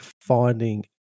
finding